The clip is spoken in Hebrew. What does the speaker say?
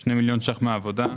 2 מיליון שקלים מהעבודה.